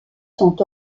sont